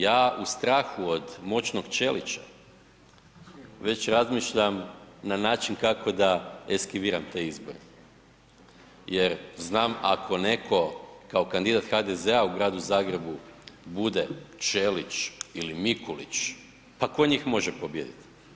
Ja u strahu od moćnog Ćelića već razmišljam na način kako da eskiviram te izbore jer znamo ako neko kao kandidat HDZ-a u gradu Zagrebu bude Ćelić ili Mikulić, pa ko njih može pobijediti?